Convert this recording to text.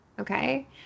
Okay